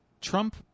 Trump